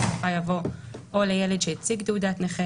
בסופה יבוא "או לילד שהציג תעודת נכה".